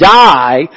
die